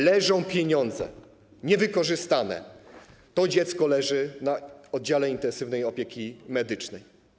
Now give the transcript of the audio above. Leżą pieniądze, niewykorzystane, a to dziecko leży na oddziale intensywnej opieki medycznej.